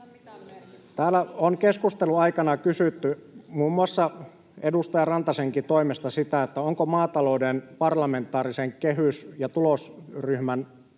Täällä on keskustelun aikana kysytty, muun muassa edustaja Rantasenkin toimesta, sitä, onko maatalouden parlamentaarisen kehitys- ja tulosryhmän